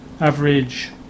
Average